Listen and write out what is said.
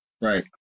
right